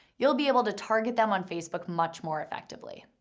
you'll be able to target them on facebook much more effectively.